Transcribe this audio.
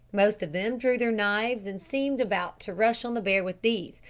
most of them drew their knives and seemed about to rush on the bear with these,